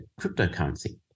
cryptocurrency